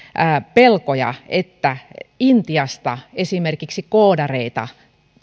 pelkoja että intiasta esimerkiksi koodareita